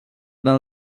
than